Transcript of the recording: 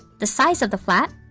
the size of the flat,